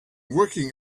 working